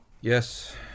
Yes